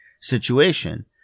Situation